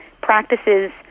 practices